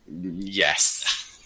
yes